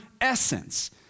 essence